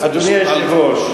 אדוני היושב-ראש,